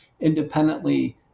independently